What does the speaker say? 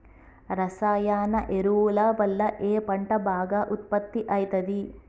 రసాయన ఎరువుల వల్ల ఏ పంట బాగా ఉత్పత్తి అయితది?